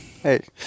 Hey